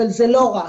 אבל זה לא רק.